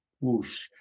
whoosh